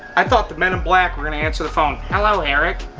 i thought the men in black were gonna answer the phone hello eric.